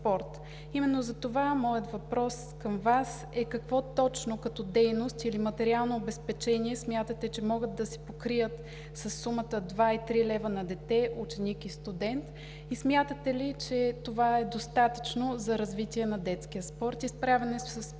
Именно затова моят въпрос към Вас е: какво точно като дейност или материално обезпечение смятате, че могат да се покрият със сумата два и три лева на дете, ученик и студент? Смятате ли, че това е достатъчно за развитието на детския спорт и за справяне с посочения